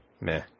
meh